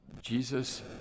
Jesus